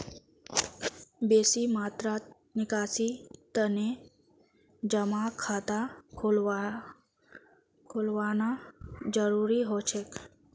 बेसी मात्रात निकासीर तने जमा खाता खोलवाना जरूरी हो छेक